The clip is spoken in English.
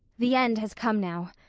the end has come now,